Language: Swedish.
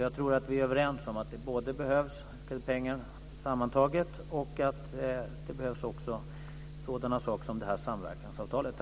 Jag tror att vi är överens om att det sammantaget behövs både en del pengar och sådana saker som samverkansavtalet.